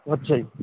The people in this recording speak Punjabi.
ਅੱਛਾ ਜੀ